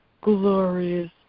glorious